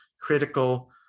critical